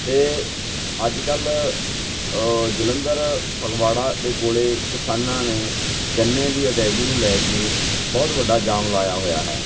ਅਤੇ ਅੱਜ ਕੱਲ੍ਹ ਜਲੰਧਰ ਫਗਵਾੜਾ ਦੇ ਕੋਲ ਕਿਸਾਨਾਂ ਨੇ ਗੰਨੇ ਦੀ ਅਦਾਇਗੀ ਨੂੰ ਲੈ ਕੇ ਬਹੁਤ ਵੱਡਾ ਜਾਮ ਲਾਇਆ ਹੋਇਆ ਹੈ